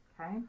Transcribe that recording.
Okay